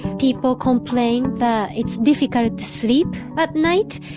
people complain that it's difficult to sleep at night.